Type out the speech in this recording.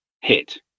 hit